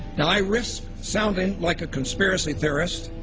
now i risk sounding like a conspiracy theorist.